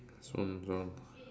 soon soon